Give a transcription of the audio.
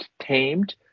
tamed